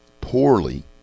poorly